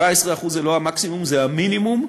17% זה לא המקסימום, זה המינימום,